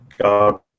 God